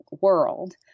world